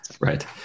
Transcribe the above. right